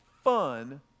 fun